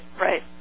Right